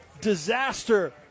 disaster